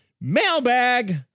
Mailbag